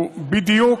הוא בדיוק,